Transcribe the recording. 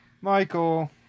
Michael